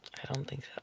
i don't think